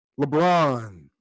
LeBron